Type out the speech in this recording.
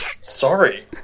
Sorry